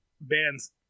bands